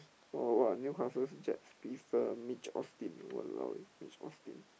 oh what Newcastle Jets speedster Mitch-Austin !walao! eh Mitch-Austin